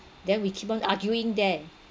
then we keep on arguing there